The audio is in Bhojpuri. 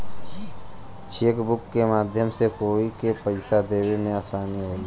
चेकबुक के माध्यम से कोई के पइसा देवे में आसानी होला